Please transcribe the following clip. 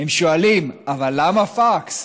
הם שואלים: אבל למה פקס?